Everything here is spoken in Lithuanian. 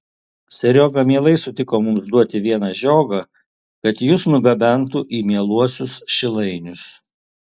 serioga mielai sutiko mums duoti vieną žiogą kad jus nugabentų į mieluosius šilainius